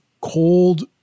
cold